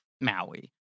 Maui